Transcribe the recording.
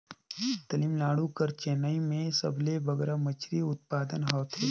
तमिलनाडु कर चेन्नई में सबले बगरा मछरी उत्पादन होथे